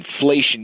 inflation